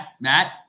Matt